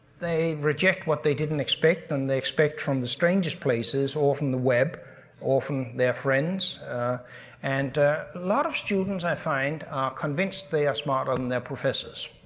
they reject what they didn't expect and they expect from the strangest places or from the web or from their friends and a lot of students, i find, are convinced they are smarter than their professors.